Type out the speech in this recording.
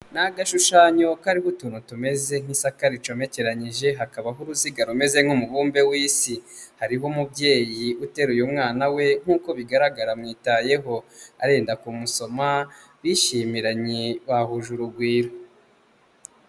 Ni agashushanyo kariho utuntu tumeze nk'isaka ricomekeranyije hakabaho uruziga rumeze nk'umubumbe w'isi. Hariho umubyeyi uteruye mwana we nk'uko bigaragara amwitayeho. Arenda kumusoma bishimiranye bahuje urugwiro.